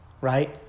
right